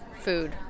food